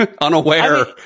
unaware